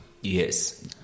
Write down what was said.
Yes